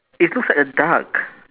it looks like a duck